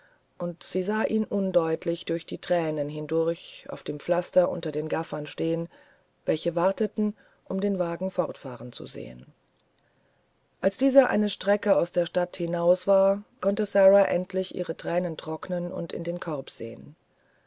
dennächstenaugenblickwarddietürdeswagensgeschlossenund sie sah ihn undeutlich durch die tränen hindurch auf dem pflaster unter den gaffern stehen welchewarteten umdenwagenfortfahrenzusehen als dieser eine strecke aus der stadt hinaus war konnte sara endlich ihre tränen trocknen und in den korb sehen